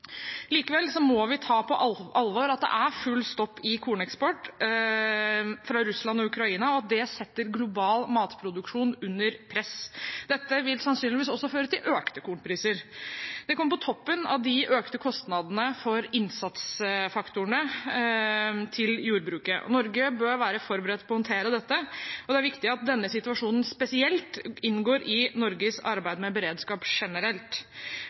Likevel må vi ta på alvor at det er full stopp i korneksport fra Russland og Ukraina, og det setter global matproduksjon under press. Dette vil sannsynligvis også føre til økte kornpriser. Det kommer på toppen av de økte kostnadene for innsatsfaktorene til jordbruket. Norge bør være forberedt på å håndtere dette, og det er viktig at denne situasjonen spesielt inngår i Norges arbeid med beredskap generelt.